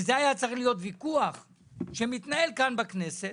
וזה היה צריך להיות ויכוח שמתנהל כאן בכנסת